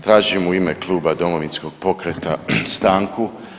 Tražim u ime kluba Domovinskog pokreta stanku.